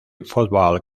football